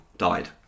Died